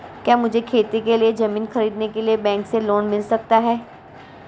क्या मुझे खेती के लिए ज़मीन खरीदने के लिए बैंक से लोन मिल सकता है?